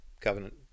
Covenant